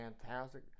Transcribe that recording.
fantastic